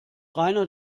rainer